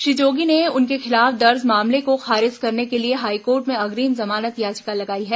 श्री जोगी ने उनके खिलाफ दर्ज मामले को खारिज करने के लिए हाईकोर्ट में अग्रिम जमानत याचिका लगाई है